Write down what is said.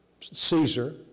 Caesar